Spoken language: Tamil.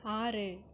ஆறு